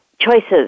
choices